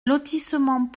lotissement